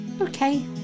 Okay